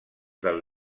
del